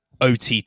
OTT